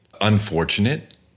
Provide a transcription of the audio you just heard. unfortunate